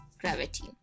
gravity